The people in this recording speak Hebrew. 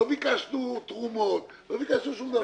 לא ביקשנו תרומות, לא ביקשנו שום דבר.